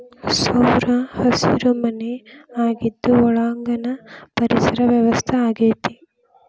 ಸೌರಹಸಿರು ಮನೆ ಆಗಿದ್ದು ಒಳಾಂಗಣ ಪರಿಸರ ವ್ಯವಸ್ಥೆ ಆಗೆತಿ